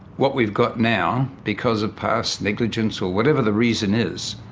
what we've got now, because of past negligence or whatever the reason is,